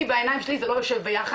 לי בעיניים שלי זה לא יושב ביחד,